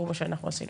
תראו מה שאנחנו עשינו.